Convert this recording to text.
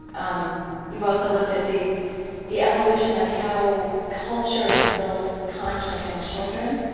um you've also looked at the the evolution of how culture instills conscience in children.